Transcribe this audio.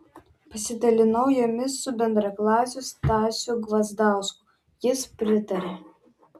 pasidalinau jomis su bendraklasiu stasiu gvazdausku jis pritarė